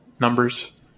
numbers